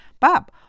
Bob